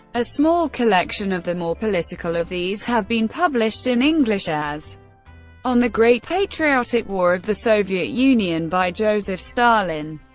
a small collection of the more political of these have been published in english as on the great patriotic war of the soviet union by joseph stalin.